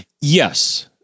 yes